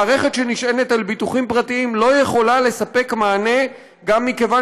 מערכת שנשענת על ביטוחים פרטיים לא יכולה לתת מענה גם כיוון